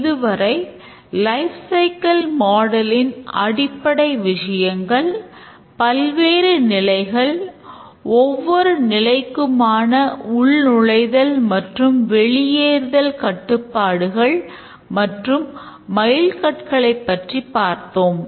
இதுவரை life cycle மாடலின் அடிப்படை விஷயங்கள் பல்வேறு நிலைகள் ஒவ்வொரு நிலைக்குமான உள்நுழைதல் மற்றும் வெளியேறுதல் கட்டுப்பாடுகள் மற்றும் மைல்கற்களைப் பற்றி பார்த்தோம்